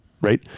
right